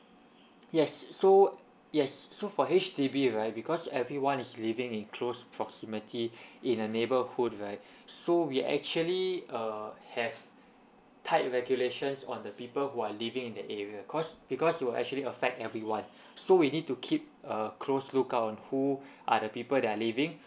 yes so yes so for H_D_B right because everyone is living in close proximity in a neighborhood right so we actually uh have tied regulations on the people who are living in that area cause because it will actually affect everyone so we need to keep a close lookout on who are the people that are living